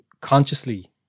consciously